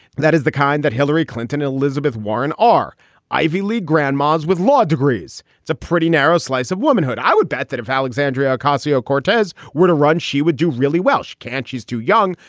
that is the kind that hillary clinton, elizabeth warren are ivy league grandmas with law degrees. it's a pretty narrow slice of womanhood. i would bet that if alexandria ocasio cortez were to run, she would do really well. she can't. she's too young.